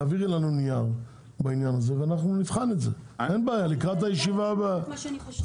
תעבירי לנו נייר בעניין הזה ונבחן את זה לקראת הישיבה הבאה.